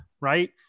right